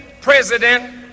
president